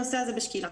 הנושא הזה בשקילה.